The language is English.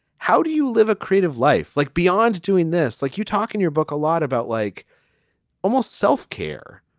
how do you live a creative life like beyond doing this? like you talk in your book a lot about like almost self-care,